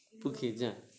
不可以这样